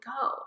go